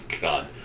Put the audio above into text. god